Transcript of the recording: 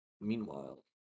Meanwhile